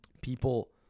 people